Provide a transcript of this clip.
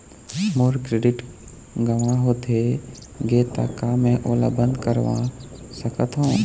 मोर credit गंवा होथे गे ता का मैं ओला बंद करवा सकथों?